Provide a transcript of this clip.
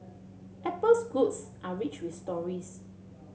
Apple's goods are rich with stories